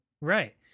Right